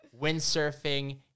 windsurfing